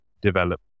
develop